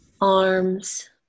arms